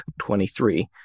23